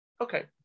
Okay